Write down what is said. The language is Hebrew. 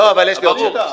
לא, אבל יש לי עוד שאלה.